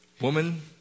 woman